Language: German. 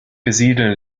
besiedeln